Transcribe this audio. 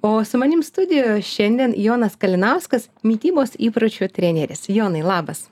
o su manim studijoje šiandien jonas kalinauskas mitybos įpročių treneris jonai labas